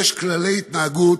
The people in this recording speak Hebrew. יש כללי התנהגות